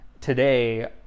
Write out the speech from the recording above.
today